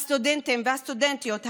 הסטודנטים והסטודנטיות,